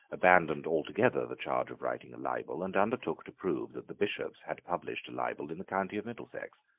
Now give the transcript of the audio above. abandoned altogether the charge of writing a libel, and undertook to prove that the bishops had published a libel in the county of middlesex.